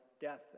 death